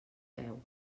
veu